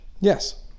Yes